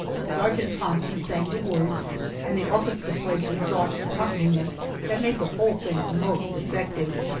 sergeant thompson sang the words and the orchestra played a soft accompaniment that made the whole thing most effective.